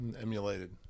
Emulated